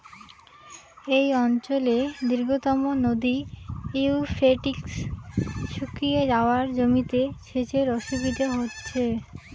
এই অঞ্চলের দীর্ঘতম নদী ইউফ্রেটিস শুকিয়ে যাওয়ায় জমিতে সেচের অসুবিধে হচ্ছে